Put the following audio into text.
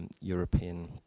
European